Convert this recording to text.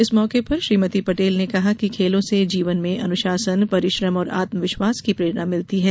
इस मौके पर श्रीमती पटेल ने कहा कि खेलों से जीवन में अनुशासन परिश्रम और आत्म विश्वास की प्रेरणा मिलती है